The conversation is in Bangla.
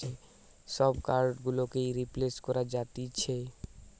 সব কার্ড গুলোকেই রিপ্লেস করা যাতিছে